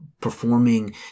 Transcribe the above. performing